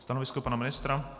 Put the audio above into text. Stanovisko pana ministra?